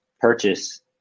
purchase